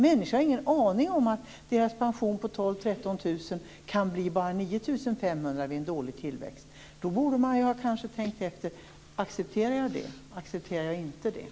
Människor har ingen aning om att deras pension på 12 000-13 000 kr kan bli bara 9 500 kr vid en dålig tillväxt. Man borde kanske ha tänkt efter om det accepteras eller inte.